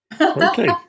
Okay